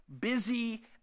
busy